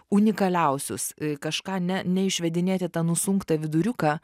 unikaliausius kažką ne ne išvedinėti tą nusunktą viduriuką